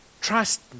trust